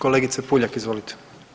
Kolegice Puljak, izvolite.